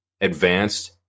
advanced